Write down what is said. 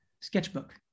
sketchbook